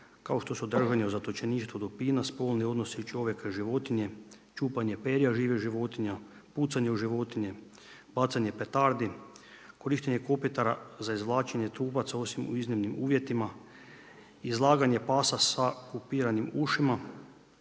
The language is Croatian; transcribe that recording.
kao što su držanje u zatočeništvu dupina, spolni odnosi čovjeka i životinje, čupanje perja živih životinja, pucanje u životinje, bacanje petardi, korištenje kopitara za izvlačenje trupaca osim u iznimnim uvjetima, izlaganje pasa sa kupiranim ušima